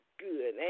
Good